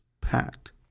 packed